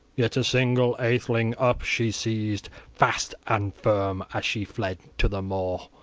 yet a single atheling up she seized fast and firm, as she fled to the moor.